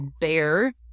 bear